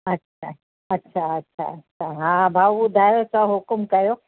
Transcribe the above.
अछा अछा अछा हा भाऊ ॿुधायो तव्हां हुकुमु कयो